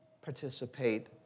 participate